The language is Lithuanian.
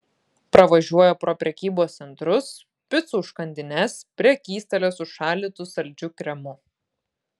pravažiuoja pro prekybos centrus picų užkandines prekystalius su šaldytu saldžiu kremu